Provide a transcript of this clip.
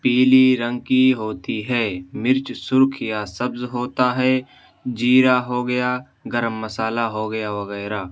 پیلی رنگ کی ہوتی ہے مرچ سرخ یا سبز ہوتا ہے زیرہ ہو گیا گرم مصالحہ ہو گیا وغیرہ